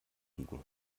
biegen